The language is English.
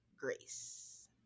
Grace